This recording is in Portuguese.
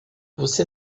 você